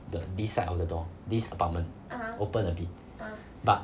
the this side of the door this apartment open a bit but